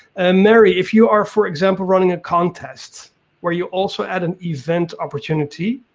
and mary, if you are for example running a contest where you also add an event opportunity,